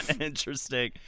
Interesting